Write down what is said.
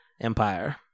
empire